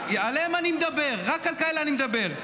-- עליהם אני מדבר, רק על כאלה אני מדבר.